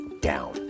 down